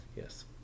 Yes